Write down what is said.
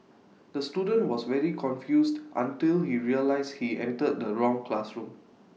the student was very confused until he realised he entered the wrong classroom